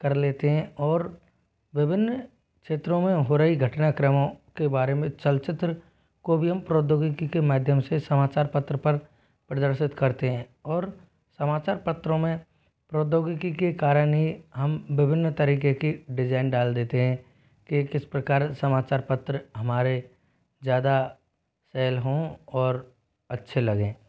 कर लेते हैं और विभिन्न क्षेत्रों में हो रही घटना क्रमों के बारे में चलचित्र को भी हम प्रौद्योगिकी के माध्यम से समाचार पत्र पर प्रदर्शित करते हैं और समाचार पत्रों में प्रौद्योगिकी के कारण ही हम विभिन्न तरीके की डिजाइन डाल देते हैं कि किस प्रकार समाचार पत्र हमारे ज़्यादा सेल हों और अच्छे लगें